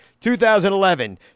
2011